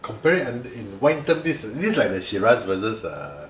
compare it in in wine term this is this is like the Shiraz versus uh